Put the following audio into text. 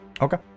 Okay